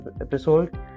episode